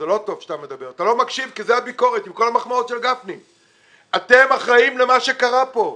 אתם אחראים למה שקרה כאן.